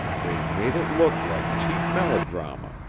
they've made it look like cheap melodrama,